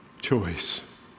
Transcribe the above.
choice